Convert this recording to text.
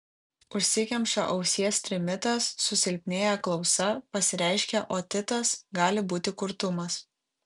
užsikemša ausies trimitas susilpnėja klausa pasireiškia otitas gali būti kurtumas